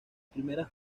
primeras